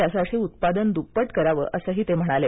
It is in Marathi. त्यासाठी उत्पादन दुप्पट करावं असंही ते म्हणाले